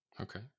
Okay